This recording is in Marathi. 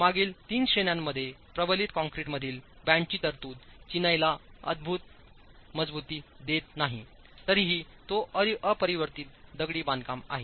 मागील 3 श्रेण्यांमध्येप्रबलित कंक्रीटमधील बॅन्डचीतरतूद चिनाईलाअधिकमजबुती देत नाही तरीही तो अपरिवर्तित दगडी बांधकाम आहे